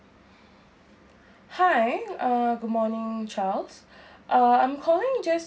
hi uh good morning charles uh I'm calling just